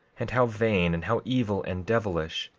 and how vain, and how evil, and devilish,